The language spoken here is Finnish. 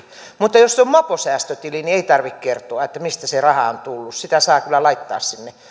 mutta jos se on moposäästötili niin ei tarvitse kertoa mistä se raha on tullut sitä saa kyllä laittaa sinne